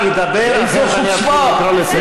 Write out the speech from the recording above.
איזו חוצפה.